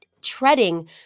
treading